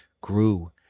grew